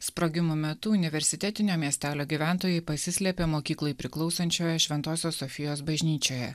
sprogimo metu universitetinio miestelio gyventojai pasislėpė mokyklai priklausančioje šventosios sofijos bažnyčioje